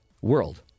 world